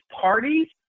parties